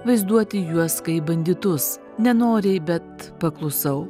vaizduoti juos kaip banditus nenoriai bet paklusau